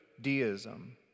deism